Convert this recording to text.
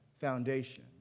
foundation